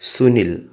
Sunil